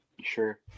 Sure